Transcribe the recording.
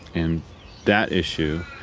and that issue,